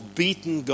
beaten